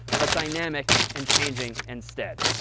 but dynamic and changing instead.